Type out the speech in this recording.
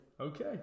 Okay